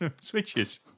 switches